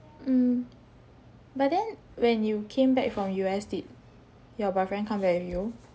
mm but then when you came back from U_S did your boyfriend come back with you